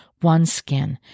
OneSkin